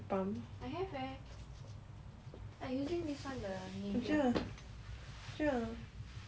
I using this [one] the Nivea hmm